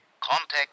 Contact